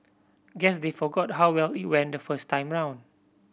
guess they forgot how well it went the first time round